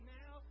now